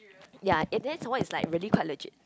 ya and then some more it's like really quite legit